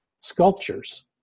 sculptures